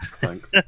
Thanks